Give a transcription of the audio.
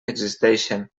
existeixen